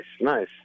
nice